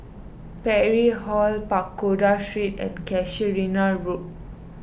Parry Hall Pagoda Street and Casuarina Road